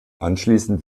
anschließend